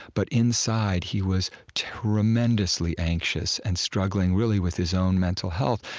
but inside, he was tremendously anxious and struggling, really, with his own mental health.